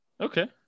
Okay